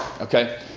Okay